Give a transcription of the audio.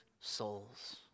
souls